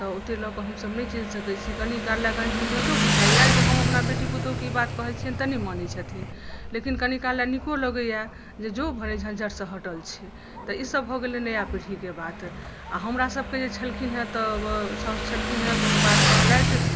तऽ ओते लऽ कऽ हमसभ नहि चलि सकै छी कनि काल लए कनि झंझटो बुझाइया जे हम अपन बेटी पुतहुकेँ ई बात कहै छियैन तऽ नहि मानै छथिन लेकिन कनि काल लए नीको लगैया जे जो भले झन्झटसँ हटल छी तऽ ई सभ भऽ गेलै नया पीढ़ीके बात आ हमरा सभके छलखिन हँ तऽ साउस छलखिन हँ कोनो बात कहलथि